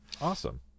Awesome